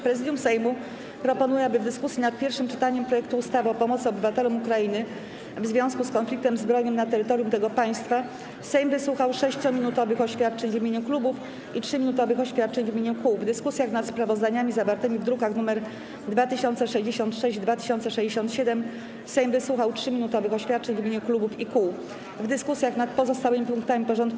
Prezydium Sejmu proponuje, aby: - w dyskusji nad pierwszym czytaniem projektu ustawy o pomocy obywatelom Ukrainy w związku z konfliktem zbrojnym na terytorium tego państwa Sejm wysłuchał 6-minutowych oświadczeń w imieniu klubów i 3-minutowych oświadczeń w imieniu kół, - w dyskusjach nad sprawozdaniami zawartymi w drukach nr 2066 i 2067 Sejm wysłuchał 3-minutowych oświadczeń w imieniu klubów i kół, - w dyskusjach nad pozostałymi punktami porządku